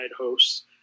hosts